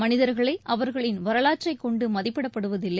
மனிதர்களை அவர்களின் வரலாற்றைக் கொண்டு மதிப்பிடப்படுவதில்லை